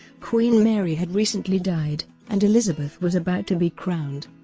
queen mary had recently died, and elizabeth was about to be crowned.